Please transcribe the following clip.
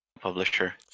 publisher